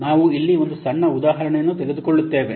ನಾವು ಇಲ್ಲಿ ಒಂದು ಸಣ್ಣ ಉದಾಹರಣೆಯನ್ನು ತೆಗೆದುಕೊಳ್ಳುತ್ತೇವೆ